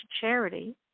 charity